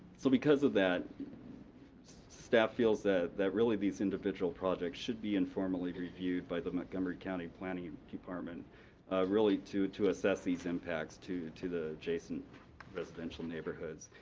so, because of that staff feels that that really these individual projects should be informally reviewed by the montgomery county planning and department really to to assess these impacts to to the adjacent residential neighborhoods.